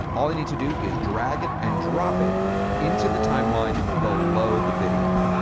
all i need to do is drag it and drop it into the timeline below the video.